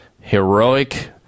heroic